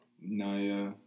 Naya